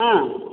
ஆ